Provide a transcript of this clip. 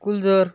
cruiser